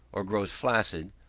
or grows flaccid,